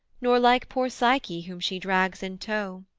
nor like poor psyche whom she drags in tow